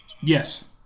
Yes